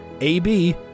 AB